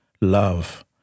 love